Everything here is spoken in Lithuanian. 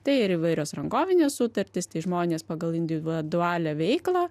tai ir įvairios rangovines sutartis tai žmonės pagal individualią veiklą